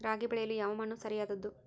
ರಾಗಿ ಬೆಳೆಯಲು ಯಾವ ಮಣ್ಣು ಸರಿಯಾದದ್ದು?